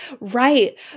Right